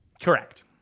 Correct